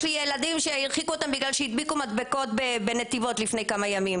יש לי ילדים שהרחיקו אותם בגלל שהדביקו מדבקות בנתיבות לפני כמה ימים,